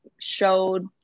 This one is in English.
showed